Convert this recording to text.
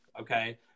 okay